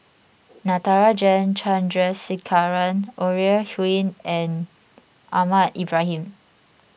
Natarajan Chandrasekaran Ore Huiying and Ahmad Ibrahim